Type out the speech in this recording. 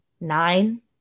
nine